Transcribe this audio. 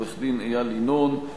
עורך-דין איל ינון,